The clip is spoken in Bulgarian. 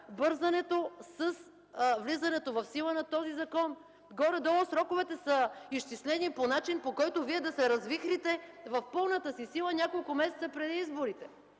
бързането с влизането в сила на този закон? Горе-долу сроковете са изчислени по начин, по който Вие да се развихрите в пълната си сила няколко месеца преди изборите